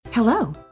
Hello